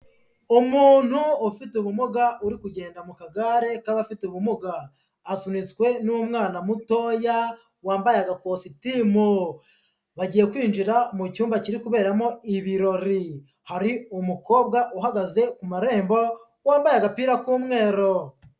Umuntu ufite ubumuga uri kugenda mu kagare k'abafite ubumuga. Asunitswe n'umwana mutoya, wambaye agakositimu. Bagiye kwinjira mu cyumba kiri kuberamo ibirori. Hari umukobwa uhagaze ku marembo, wambaye agapira k'umweru.